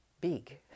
big